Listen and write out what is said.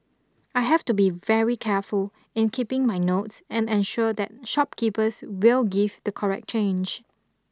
I have to be very careful in keeping my notes and ensure that shopkeepers will give the correct change